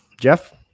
Jeff